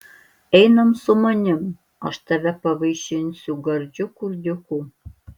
einam su manim aš tave pavaišinsiu gardžiu kurdiuku